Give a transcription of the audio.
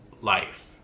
life